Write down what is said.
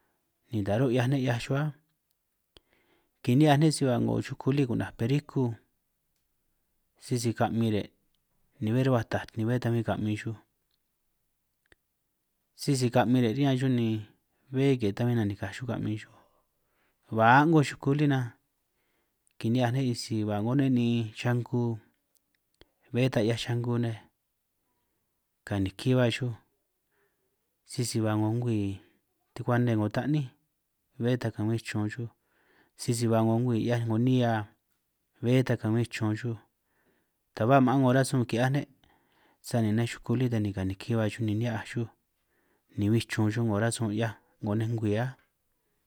Ni taj ro' 'hiaj ne' 'hiaj xuj áj, kini'hiaj ne' si ba 'ngo yuku lí ku'naj periku sisi ka'min' re' ni bé run' atajt ni bé ta bin kamin xuj, sisi kamin re' riñan xuj ni bé ke ta bin nanikaj xuj ka'min xuj, ba a'ngo xuku lí nan kini'hiaj ne' sisi ba 'ngo ne' niin xanku bé ta 'hiaj xanku nej ganiki ba xuj, sisi ba 'ngo ngwii tukuane 'ngo ta'níj bé ta kabin chun xuj, sisi ba 'ngo ngwii 'hiaj 'ngo nihia bé ta kabin chun xuj, ta ba maan 'ngo rasun ki'hiaj ne' sani nej yuku lí ta ni kaniniki ba xuj, ni ni'hiaj xuj ni bin chun xuj 'ngo rasun 'hiaj 'ngo nej ngwii áj.